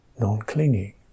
non-clinging